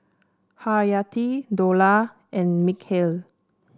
Haryati Dollah and Mikhail